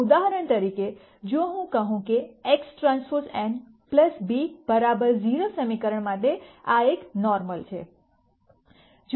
ઉદાહરણ તરીકે જો હું કહું કે XTn b 0 સમીકરણ માટે આ એક નોર્મલ છે